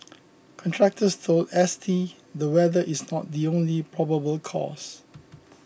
contractors told S T the weather is not the only probable cause